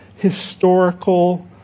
historical